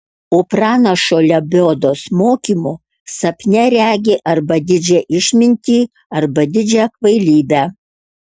o pranašo lebiodos mokymu sapne regi arba didžią išmintį arba didžią kvailybę